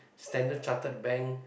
Standard Chartered Bank